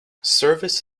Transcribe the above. service